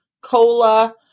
COLA